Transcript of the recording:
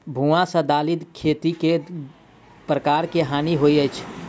भुआ सँ दालि खेती मे केँ प्रकार केँ हानि होइ अछि?